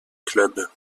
club